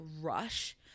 rush